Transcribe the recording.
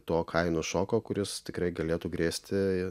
to kainų šoko kuris tikrai galėtų grėsti